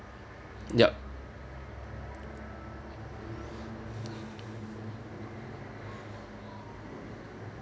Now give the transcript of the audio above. yup